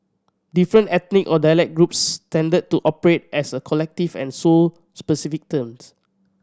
different ethnic or dialect groups tended to operate as a collective and sold specific terms